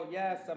yes